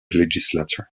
legislature